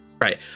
Right